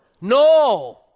No